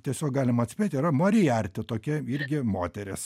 tiesiog galim atspėt yra mari arti tokia irgi moteris